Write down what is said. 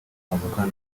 avukana